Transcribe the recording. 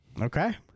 Okay